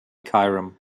cairum